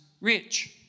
rich